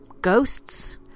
ghosts